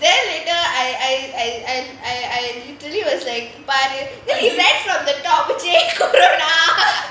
then later I I I I I literally was like பாரு:paaru then he went from the top which corona